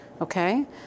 Okay